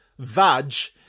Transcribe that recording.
Vaj